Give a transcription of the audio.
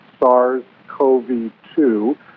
SARS-CoV-2